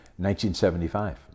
1975